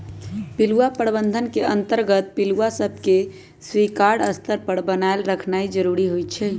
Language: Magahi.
पिलुआ प्रबंधन के अंतर्गत पिलुआ सभके स्वीकार्य स्तर पर बनाएल रखनाइ जरूरी होइ छइ